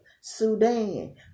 Sudan